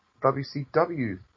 WCW